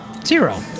Zero